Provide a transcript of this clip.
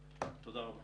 לכאן צריך לכוון את